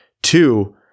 Two